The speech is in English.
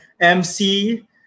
MC